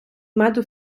меду